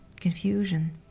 confusion